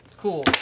Cool